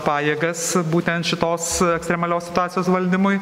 pajėgas būtent šitos ekstremalios situacijos valdymui